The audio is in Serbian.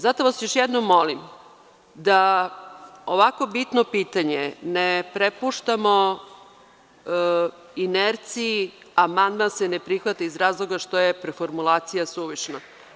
Zato vas još jednom molim da ovako bitno pitanje ne prepuštamo inerciji – amandman se ne prihvata iz razloga što je preformulacija suvišna.